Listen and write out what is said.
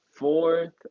Fourth